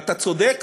אתה צודק,